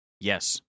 Yes